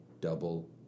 double